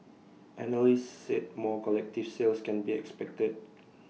analysts said more collective sales can be expected